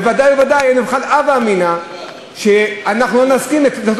וודאי וודאי אין בכלל הווה אמינא שאנחנו לא נסכים לעשות